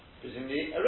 presumably